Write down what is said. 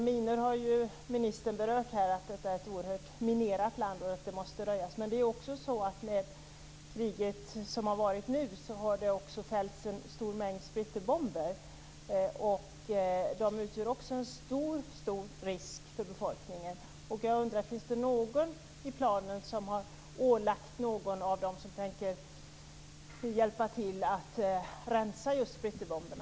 Ministern har ju talat om minor och att detta är ett oerhört minerat land som måste röjas. Men i det senaste kriget har det också fällts en stor mängd splitterbomber. De utgör också en mycket stor risk för befolkningen. Jag undrar om man i planen har ålagt någon att hjälpa till att rensa bort just splitterbomberna.